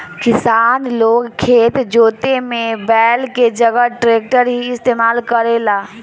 किसान लोग खेत जोते में बैल के जगह ट्रैक्टर ही इस्तेमाल करेला